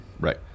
Right